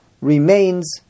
remains